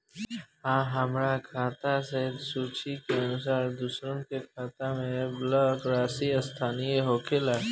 आ हमरा खाता से सूची के अनुसार दूसरन के खाता में बल्क राशि स्थानान्तर होखेला?